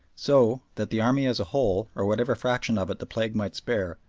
so, that the army as a whole, or whatever fraction of it the plague might spare,